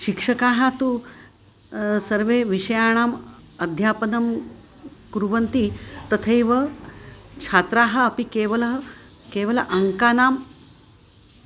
शिक्षकाः तु सर्वे विषयाणाम् अध्यापनं कुर्वन्ति तथैव छात्राः अपि केवलं केवलं अङ्कानां